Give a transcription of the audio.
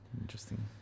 Interesting